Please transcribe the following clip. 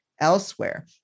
elsewhere